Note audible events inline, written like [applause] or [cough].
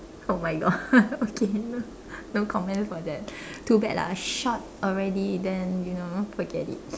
oh my god [laughs] okay no no comments for that too bad lah short already then you know forget it